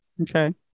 Okay